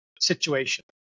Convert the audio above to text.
situation